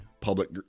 public